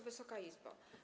Wysoka Izbo!